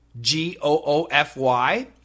G-O-O-F-Y